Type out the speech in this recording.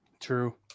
True